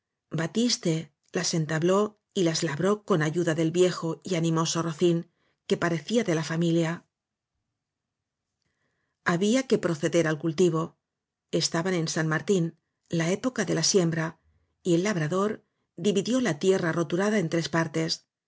batiste las entabló y las labró con ayuda del viejo y animoso rocín que parecía de la familia había que proceder al cultivo estaban en san martín la época de la siembra y el labra dor dividió la tierra roturada en tres partes